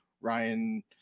Ryan